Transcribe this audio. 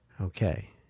Okay